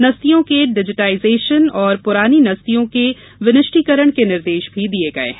नस्तियों के डिजिटाइजेशन तथा पुरानी नस्तियों के विनिष्टीकरण के निर्देश भी दिये गये हैं